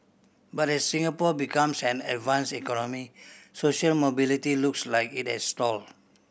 but as Singapore becomes an advanced economy social mobility looks like it has stalled